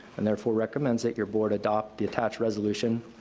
and therefor recommends that your board adopt the attached resolution,